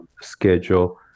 schedule